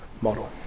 model